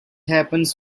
happens